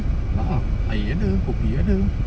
a'ah air ada kopi ada